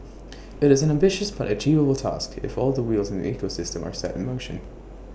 IT is an ambitious but achievable task if all the wheels in the ecosystem are set in motion